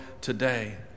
today